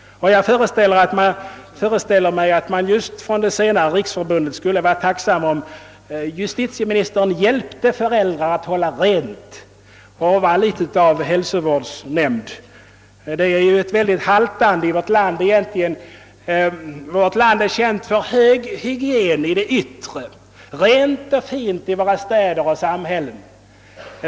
Jag föreställer mig att just Målsmännens riksförbund skulle vara tacksamt om justitieministern hjälpte föräldrarna att hålla rent och i någon mån fungerade som hälsovårdsnämnd. När det gäller konsekvens haltar det i vårt land. Detta är känt för hög hygien i det yttre. Vi har rent och fint i våra städer och samhällen.